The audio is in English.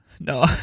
No